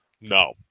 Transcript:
no